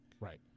Right